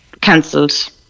cancelled